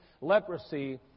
leprosy